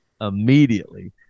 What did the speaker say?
immediately